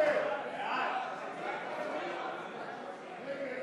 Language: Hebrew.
להסיר מסדר-היום את הצעת חוק הביטוח הלאומי (תיקון,